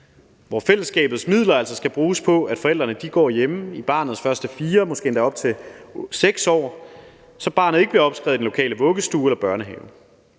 hvor fællesskabets midler altså skal bruges på, at forældrene går hjemme i barnets første 4, måske endda op til 6, år, så barnet ikke bliver opskrevet i den lokale vuggestue eller børnehave.